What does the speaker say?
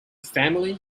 family